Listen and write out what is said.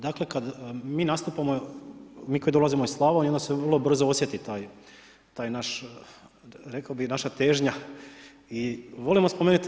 Dakle, kad mi nastupamo, mi koji dolazimo iz Slavonije, onda se vrlo brzo osjeti taj naš, rekao bih, naša težnja i volimo spomenuti.